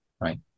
right